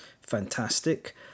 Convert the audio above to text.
fantastic